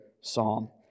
psalm